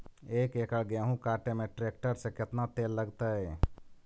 एक एकड़ गेहूं काटे में टरेकटर से केतना तेल लगतइ?